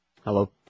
Hello